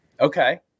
okay